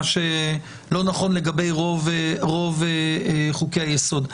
מה שלא נכון לגבי רוב חוקי היסוד.